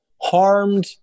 Harmed